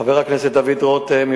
חבר הכנסת דוד רותם,